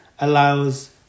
allows